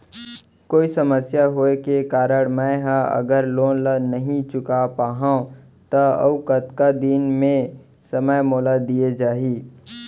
कोई समस्या होये के कारण मैं हा अगर लोन ला नही चुका पाहव त अऊ कतका दिन में समय मोल दीये जाही?